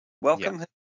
Welcome